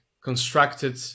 constructed